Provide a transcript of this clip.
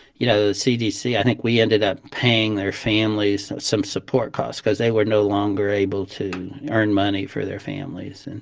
you know, the cdc i think we ended up paying their families some support costs cause they were no longer able to earn money for their families. and